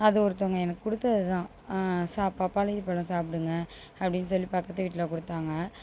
அது ஒருத்தவங்க எனக்கு கொடுத்ததுதான் சா பப்பாளி பழம் சாப்பிடுங்க அப்படினு சொல்லி பக்கத்துக்கு வீட்டில கொடுத்தாங்க